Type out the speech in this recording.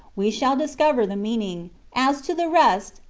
we shall discover the meaning as to the rest,